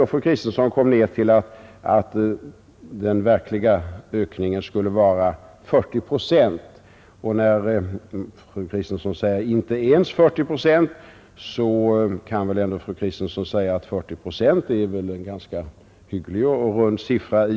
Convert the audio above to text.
Hon kom fram till att den verkliga ökningen skulle vara 40 procent eller, rättare sagt, hon sade ”inte ens 40 procent”. Men fru Kristensson kan väl ändå medge att 40 procent är en ganska hygglig och rund siffra.